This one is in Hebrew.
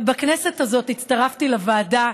בכנסת הזאת הצטרפתי לוועדה,